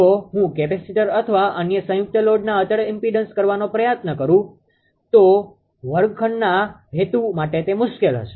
જો હું કેપેસિટર અને અન્ય સંયુક્ત લોડના અચળ ઈમ્પીડન્સ કરવાનો પ્રયાસ કરું છું તો વર્ગખંડના હેતુ માટે તે મુશ્કેલ હશે